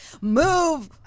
move